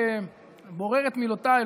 אני בורר את מילותיי,